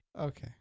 okay